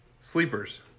Sleepers